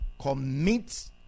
commit